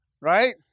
Right